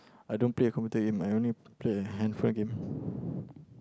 I don't play computer game I only play uh handphone game